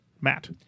Matt